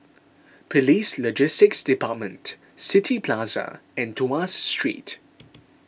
Police Logistics Department City Plaza and Tuas Street